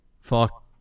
fuck